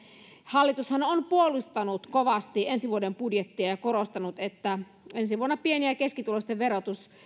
hallitushan on puolustanut kovasti ensi vuoden budjettia ja korostanut että ensi vuonna pieni ja ja keskituloisten verotus